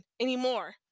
anymore